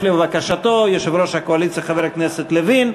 לבקשתו יושב-ראש הקואליציה חבר הכנסת לוין.